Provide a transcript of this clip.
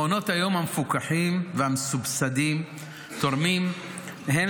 מעונות היום המפוקחים והמסובסדים תורמים הן